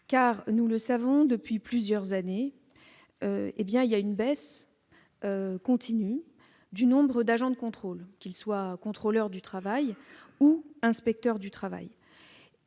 nous le savons, on enregistre une baisse continue du nombre d'agents de contrôle, qu'ils soient contrôleurs du travail ou inspecteurs du travail.